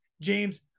James